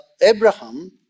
Abraham